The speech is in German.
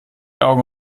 augen